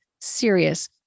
serious